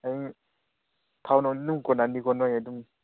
ꯍꯌꯦꯡ ꯊꯥꯎ ꯅꯨꯡꯗꯤ ꯑꯗꯨꯝ ꯀꯣꯟꯅꯅꯤꯀꯣ ꯅꯣꯏ ꯑꯗꯨꯝ